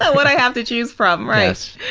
what i have to choose from, right?